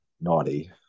naughty